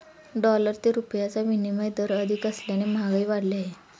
dollar ते रुपयाचा विनिमय दर अधिक असल्याने महागाई वाढली आहे